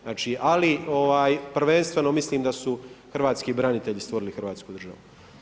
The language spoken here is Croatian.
Znači ali prvenstveno mislim da su hrvatski branitelji stvorili hrvatsku državu.